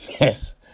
Yes